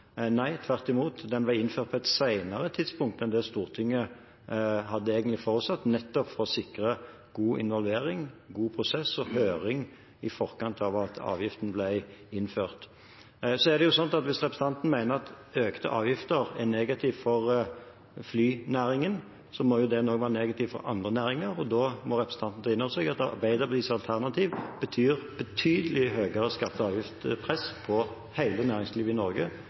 Tvert imot, den ble innført på et senere tidspunkt enn det Stortinget egentlig hadde forutsatt, nettopp for å sikre god involvering, god prosess og høring i forkant av at avgiften ble innført. Hvis representanten mener at økte avgifter er negativt for flynæringen, må det jo også være negativt for andre næringer. Da må representanten ta inn over seg at Arbeiderpartiets alternativ betyr betydelig høyere skatte- og avgiftspress på hele næringslivet i Norge,